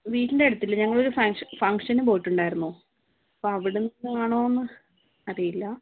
വീട്ടിൻ്റെ അടുത്തില്ല ഞങ്ങൾ ഒരു ഫംഗ്ഷന് പോയിട്ടുണ്ടായിരുന്നു അപ്പം അവിടുന്നാണോന്ന് അറിയില്ല